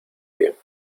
pie